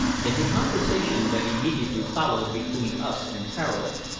in the conversation that immediately followed between us and tararo,